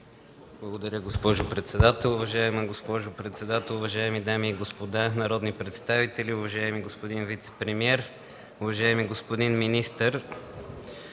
Благодаря, госпожо председател. Уважаема госпожо председател, уважаеми дами и господа народни представители, уважаеми господин вицепремиер, уважаеми господин министър!